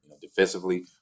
defensively